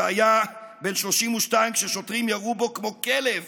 שהיה בן 32 כששוטרים ירו בו כמו כלב